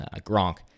Gronk